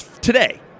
Today